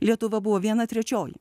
lietuva buvo viena trečioji